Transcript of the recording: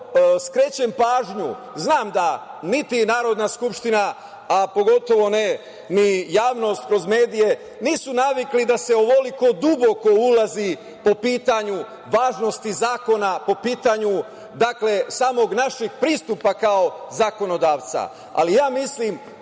skrećem pažnju, znam da niti Narodna skupština, a pogotovu ne ni javnost kroz medije, nisu navikli da se ovoliko duboko ulazi po pitanju važnosti zakona, po pitanju, dakle, samog našeg pristupa kao zakonodavca, ali ja mislim